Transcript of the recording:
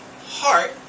heart